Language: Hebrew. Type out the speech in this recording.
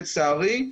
לצערי,